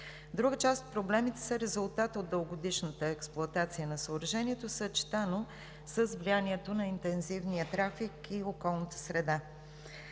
Друга част от проблемите са резултат от дългогодишната експлоатация на съоръжението, съчетано с влиянието на интензивния трафик и околната среда.